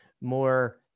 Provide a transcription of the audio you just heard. more